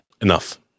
enough